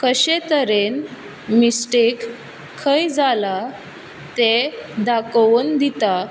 कशे तरेन मिस्टेक खंय जाला तें दाखोवन दिता